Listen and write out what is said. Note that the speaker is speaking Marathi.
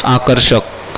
आकर्षक